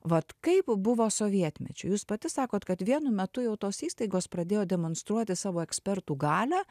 vat kaip buvo sovietmečiu jūs pati sakot kad vienu metu jau tos įstaigos pradėjo demonstruoti savo ekspertų galią